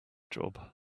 job